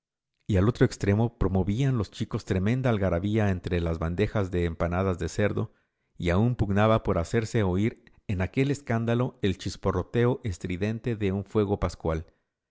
y al otro extremo promovían los chicos tremenda algarabía entre las bandejas de empanadas de cerdo y aun pugnaba por hacerse oír en aquel escándalo el chisporroteo estridente de un fuego pascual